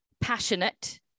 passionate